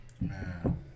Man